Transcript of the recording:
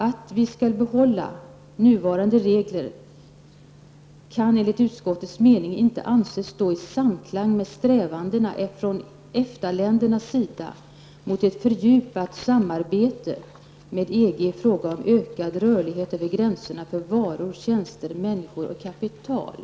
Att -- vi skulle bibehålla de nuvarande reglerna kan enligt utskottets mening inte anses står i samklang med strävandena från EFTA-ländernas sida mot ett fördjupat samarbete med EG i fråga om en ökad rörlighet över gränserna för varor, tjänster, människor och kapital.''